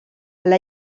elle